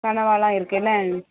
கனவாலாம் இருக்குது என்ன